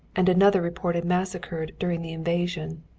and another reported massacred during the invasion.